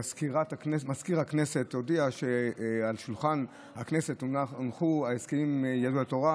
מזכיר הכנסת הודיע שעל שולחן הכנסת הונחו ההסכמים עם יהדות התורה.